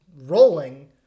rolling